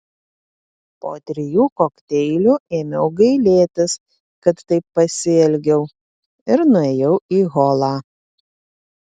po trijų kokteilių ėmiau gailėtis kad taip pasielgiau ir nuėjau į holą